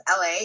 LA